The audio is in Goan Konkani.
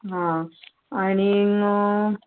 हां आणीक